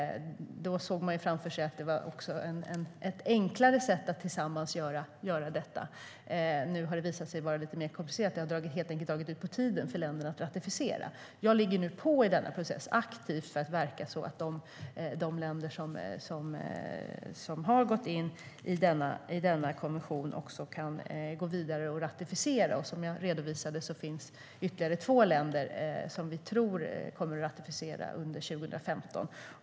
Då såg man framför sig att det var ett enklare sätt att göra detta tillsammans. Nu har det visat sig vara lite mer komplicerat. Det har helt enkelt dragit ut på tiden för länder att ratificera. Jag ligger nu aktivt på i denna process för att verka för att de länder som har gått in i konventionen kan gå vidare och ratificera. Som jag redovisade finns det ytterligare två länder som vi tror kommer att ratificera under 2015.